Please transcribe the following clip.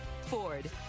ford